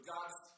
God's